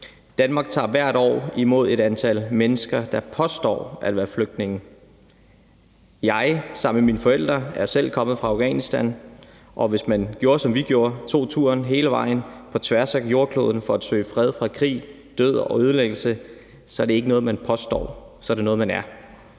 »Danmark tager hvert år imod et antal mennesker, som påstår at være flygtninge«. Jeg er sammen med mine forældre selv kommet fra Afghanistan, og hvis man gjorde, som vi gjorde, og tog turen hele vejen på tværs af jordkloden for at søge fred fra krig, død og ødelæggelse, så er det ikke noget, man påstår; så er det noget, man er.